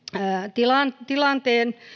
tilanteen tilanteen